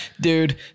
dude